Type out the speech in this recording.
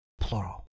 plural